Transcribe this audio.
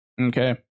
Okay